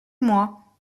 moi